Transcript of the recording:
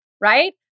right